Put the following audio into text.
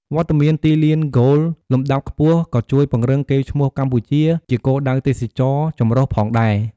វត្តមានទីលានហ្គោលលំដាប់ខ្ពស់ក៏ជួយពង្រឹងកេរ្តិ៍ឈ្មោះកម្ពុជា ជាគោលដៅទេសចរណ៍ចម្រុះផងដែរ។